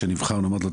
כשנבחרנו אמרתי לו,